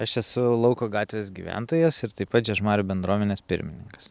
aš esu lauko gatvės gyventojas ir taip pat žiežmarių bendruomenės pirmininkas